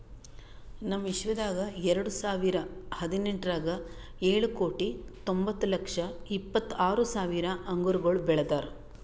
ನಮ್ ವಿಶ್ವದಾಗ್ ಎರಡು ಸಾವಿರ ಹದಿನೆಂಟರಾಗ್ ಏಳು ಕೋಟಿ ತೊಂಬತ್ತು ಲಕ್ಷ ಇಪ್ಪತ್ತು ಆರು ಸಾವಿರ ಅಂಗುರಗೊಳ್ ಬೆಳದಾರ್